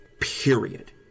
period